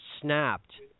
snapped